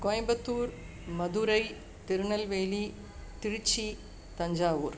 Coimbatore Madurai Tirunelveli Tiruchi Thanjavur